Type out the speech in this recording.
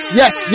yes